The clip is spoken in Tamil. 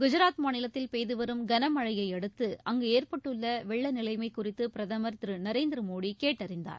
குஜராத் மாநிலத்தில் பெய்து வரும் கனமழையை அடுத்து அங்கு ஏற்பட்டுள்ள வெள்ள நிலைமை குறித்து பிரதமர் திரு நரேந்திர மோடி கேட்டறிந்தார்